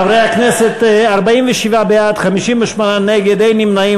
חברי הכנסת, 47 בעד, 58 נגד, אין נמנעים.